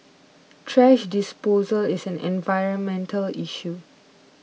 thrash disposal is an environmental issue